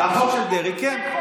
החוק של דרעי, כן.